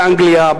באנגליה,